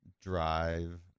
drive